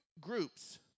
groups